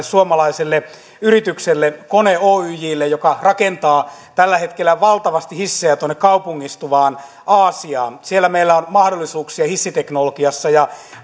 suomalaiselle yritykselle kone oyjlle joka rakentaa tällä hetkellä valtavasti hissejä kaupungistuvaan aasiaan siellä meillä on mahdollisuuksia hissiteknologiassa ja